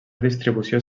distribució